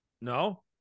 No